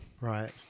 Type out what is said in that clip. right